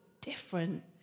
different